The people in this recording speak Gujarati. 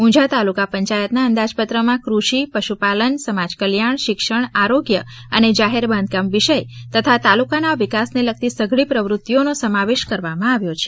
ઉઝા તાલુકા પંચાયતના અંદાજપત્રમાં કૃષિ પશુપાલન સમાજકલ્યાણ શિક્ષણ આરોગ્ય અને જાહેર બાંધકામ વિષય તથા તાલુકાના વિકાસને લગતી સધળી પ્રવૃત્તિઓને બજેટમાં સમાવેશ કરવામાં આવ્યો છે